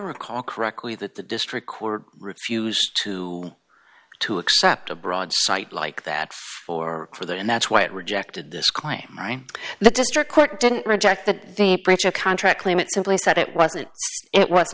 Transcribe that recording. recall correctly that the district court refused to to accept a broad site like that or for that and that's why it rejected this claim the district court didn't reject that the breach of contract claim it simply said it wasn't it was